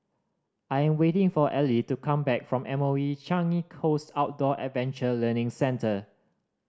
I am waiting for Ely to come back from M O E Changi Coast Outdoor Adventure Learning Centre